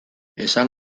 esan